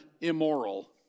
immoral